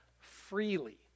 freely